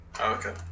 okay